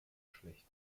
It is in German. schlecht